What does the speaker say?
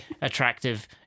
attractive